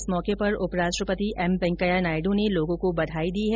इस मौके पर उप राष्ट्रपति एम वेंकैया नायडू ने लोगों को बधाई दी है